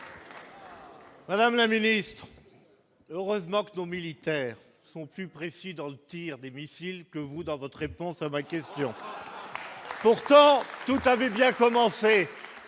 Madame la Ministre, heureusement que nos militaires sont plus précis dans le Tir des missiles que vous dans votre réponse à ma question. Pourtant, tout avait bien commencé,